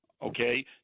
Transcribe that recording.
Okay